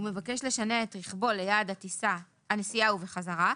ומבקש לשנע את רכבו ליעד הנסיעה ובחזרה,